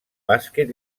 bàsquet